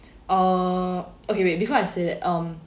uh okay wait before I say that um